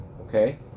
Okay